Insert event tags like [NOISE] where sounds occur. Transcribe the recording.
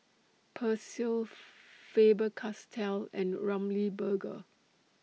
Persil [NOISE] Faber Castell and Ramly Burger